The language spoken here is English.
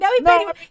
No